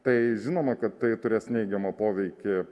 tai žinoma kad tai turės neigiamą poveikį